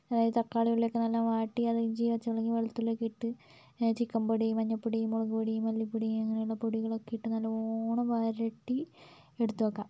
അതായത് തക്കാളി ഉള്ളിയൊക്കെ നല്ല വാട്ടി അതിൽ ഇഞ്ചി പച്ചമുളക് വെളുത്തുള്ളി ഒക്കെ ഇട്ട് ചിക്കൻ പൊടി മഞ്ഞപ്പൊടി മുളകുപൊടി മല്ലിപ്പൊടി അങ്ങനെ ഉള്ള പൊടികളൊക്കെ ഇട്ട് നല്ലവണ്ണം വരട്ടി എടുത്ത് വയ്ക്കാം